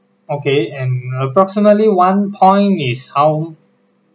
okay and approximately one point is how